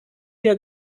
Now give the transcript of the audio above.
der